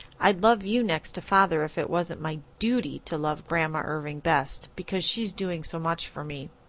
i'd love you next to father if it wasn't my duty to love grandma irving best, because she's doing so much for me.